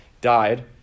died